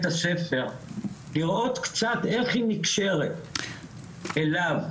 הספר לראות קצת איך היא נקשרת אליו,